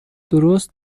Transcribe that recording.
درست